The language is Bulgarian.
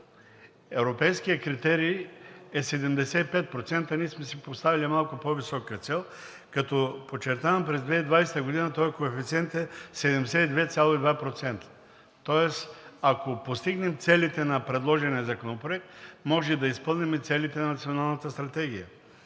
Европейският критерий е 75%, а ние сме си поставили малко по-висока цел, като подчертавам, че през 2020 г. този коефициент е 72,2%. Ако постигнем целите на предложения законопроект, можем да изпълним целите на Националната стратегия.